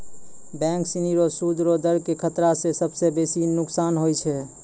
bank सिनी रो सूद रो दर के खतरा स सबसं बेसी नोकसान होय छै